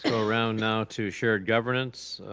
around now to shared governance